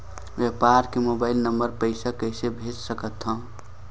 व्यापारी के mobile number मे पईसा कइसे भेज सकथव?